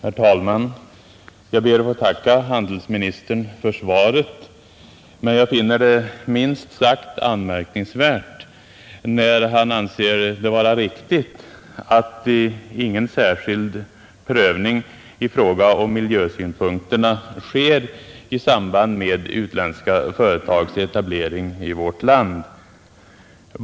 Herr talman! Jag ber att få tacka handelsministern för svaret, men jag finner det minst sagt anmärkningsvärt att handelsministern anser det vara riktigt att ingen särskild prövning i fråga om miljösynpunkterna sker i samband med utländska företags etablering i vårt land.